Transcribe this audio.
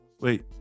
Wait